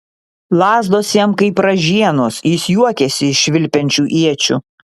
lazdos jam kaip ražienos jis juokiasi iš švilpiančių iečių